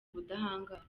ubudahangarwa